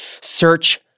Search